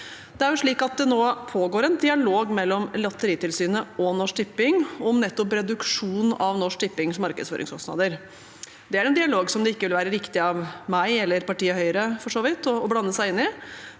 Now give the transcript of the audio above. som her har skjedd. Det pågår nå en dialog mellom Lotteritilsynet og Norsk Tipping om nettopp reduksjon av Norsk Tippings markedsføringskostnader. Det er en dialog som det ikke vil være riktig av meg – eller partiet Høyre, for så vidt – å blande seg inn i,